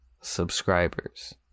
subscribers